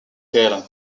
talent